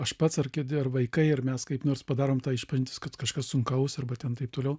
aš pats ar kiti ar vaikai ir mes kaip nors padarome tą išpažintį kad kažkas sunkaus arba ten taip toliau